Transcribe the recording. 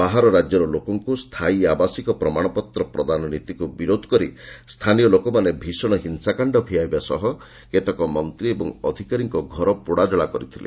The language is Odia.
ବାହାର ରାଜ୍ୟର ଲୋକଙ୍କୁ ସ୍ଥାୟୀ ଆବାସିକ ପ୍ରମାଣପତ୍ର ପ୍ରଦାନ ନୀତିକୁ ବିରୋଧ କରି ସ୍ଥାନୀୟ ଲୋକମାନେ ଭୀଷଣ ହିଂସାକାଣ୍ଡ ଭିଆଇବା ସହ କେତେକ ମନ୍ତ୍ରୀ ଓ ଅଧିକାରୀଙ୍କ ଘର ପୋଡ଼ାଜଳା କରିଥିଲେ